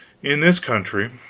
in this country.